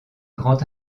grand